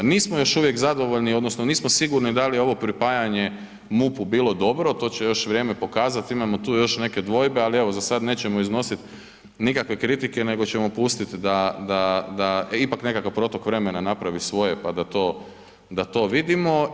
Nismo još uvijek zadovoljni, odnosno nismo sigurni da li je ovo pripajanje MUP-u bilo dobro, to će još vrijeme pokazati, imamo tu još neke dvojbe, ali evo za sad nećemo iznositi nikakve kritike nego ćemo pustiti da ipak nekakav protok vremena napravi svoje pa da to vidimo.